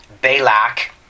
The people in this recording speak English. Balak